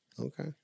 Okay